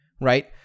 right